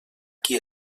qui